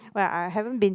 well I haven't been